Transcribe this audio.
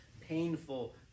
painful